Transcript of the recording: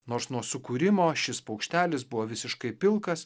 nors nuo sukūrimo šis paukštelis buvo visiškai pilkas